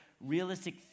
realistic